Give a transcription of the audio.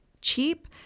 cheap